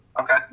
Okay